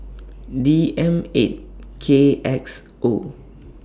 D M eight K X O